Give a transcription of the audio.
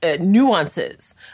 nuances